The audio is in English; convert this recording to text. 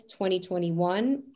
2021